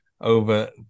over